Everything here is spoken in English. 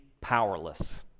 powerless